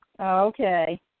Okay